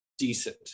decent